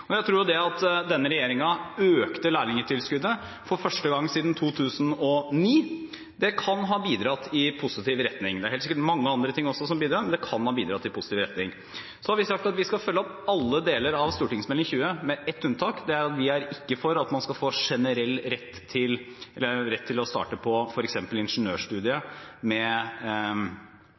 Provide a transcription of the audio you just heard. og jeg tror at denne regjeringen økte lærlingtilskuddet – for første gang siden 2009. Det kan ha bidratt i positiv retning. Det er helt sikkert mange andre ting også som bidrar, men det kan ha bidratt i positiv retning. Så har vi sagt at vi skal følge opp alle deler av Meld. St. 20, med ett unntak, og det er at vi ikke er for at man skal få generell rett til å starte på f.eks. ingeniørstudiet med